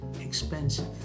expensive